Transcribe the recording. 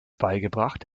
beigebracht